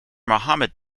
mohammed